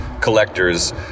collectors